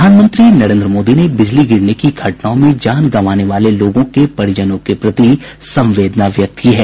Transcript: प्रधानमंत्री नरेंद्र मोदी ने बिजली गिरने की घटनाओं में जान गंवाने वाले लोगों के परिजनों के प्रति संवेदना व्यक्त की है